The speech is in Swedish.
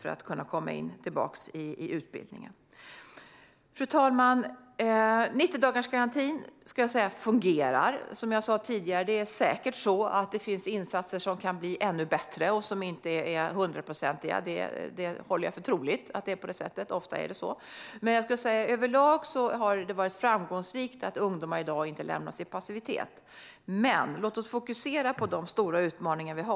Fru talman! 90-dagarsgarantin fungerar. Som jag sa tidigare finns det säkert insatser som kan bli ännu bättre och som inte är hundraprocentiga. Jag håller för troligt att det är på det sättet, för ofta är det så. Men överlag har det varit framgångsrikt att ungdomar i dag inte lämnas i passivitet. Låt oss fokusera på de stora utmaningar vi har.